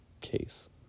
case